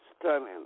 stunning